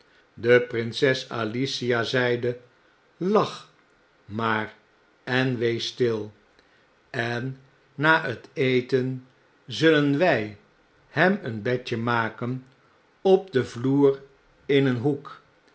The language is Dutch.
de prinses alicia zeide lach maar en wees stjl en na het eten zullen wjj hem een bedje maken op den vloer in een hoek